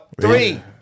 Three